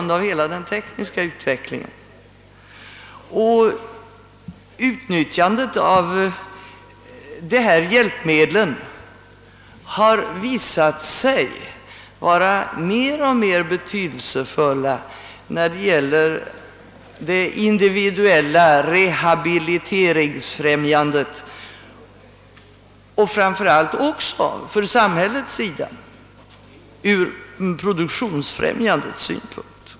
dikappade har visat sig vara mer och mer betydelsefullt både för det individuella = rehabiliteringsfrämjandet och för samhället självt, framför allt ur produktionsfrämjande synpunkt.